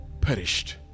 perished